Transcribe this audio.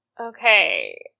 Okay